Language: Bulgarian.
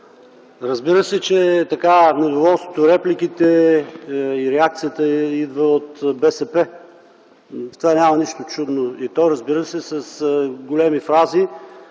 Разбира се, че е така, но недоволството, репликите и реакцията идват от БСП. В това няма нищо чудно. И това става, разбира се, с големи фрази,